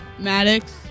Maddox